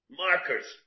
markers